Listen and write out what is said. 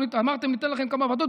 אמרתם: ניתן לכם כמה ועדות,